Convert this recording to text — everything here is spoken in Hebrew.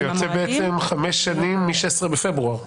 זה יוצא חמש שנים מ-16 בפברואר.